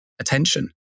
attention